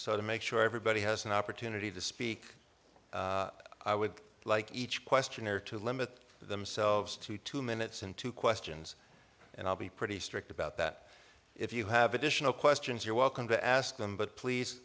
so to make sure everybody has an opportunity to speak i would like each questioner to limit themselves to two minutes into questions and i'll be pretty strict about that if you have additional questions you're welcome to ask them but please